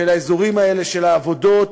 באזורים האלה של העבודות.